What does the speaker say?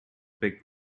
big